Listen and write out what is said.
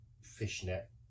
fishnet